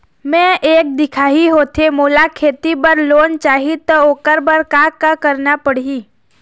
मैं एक दिखाही होथे मोला खेती बर लोन चाही त ओकर बर का का करना पड़ही?